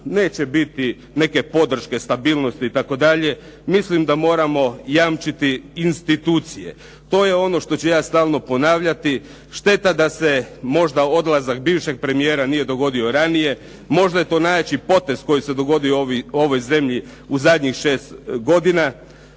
neće biti neke podrške, stabilnosti itd., mislim da moramo jamčiti institucije. To je ono što ću ja stalno ponavljati. Šteta da se možda odlazak bivšeg premijera nije dogodio ranije, možda je to najjači potez koji se dogodio u ovoj zemlji u zadnjih šest godina.